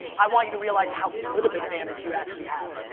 i want you to realize how good of an advantage you actually have.